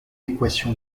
équation